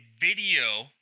video